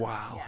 Wow